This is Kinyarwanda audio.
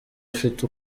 ufite